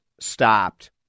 stopped